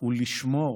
הוא לשמור